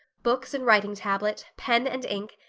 books and writing tablet, pen and ink,